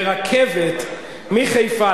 ברכבת מחיפה,